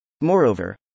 Moreover